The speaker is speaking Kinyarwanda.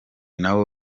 n’abo